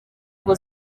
ngo